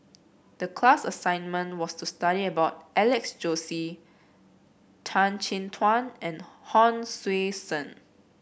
the class assignment was to study about Alex Josey Tan Chin Tuan and Hon Sui Sen